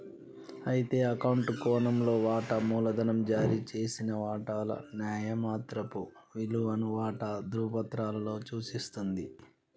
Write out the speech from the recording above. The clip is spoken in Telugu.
అయితే అకౌంట్ కోణంలో వాటా మూలధనం జారీ చేసిన వాటాల న్యాయమాత్రపు విలువను వాటా ధ్రువపత్రాలలో సూచిస్తుంది